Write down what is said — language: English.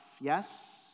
yes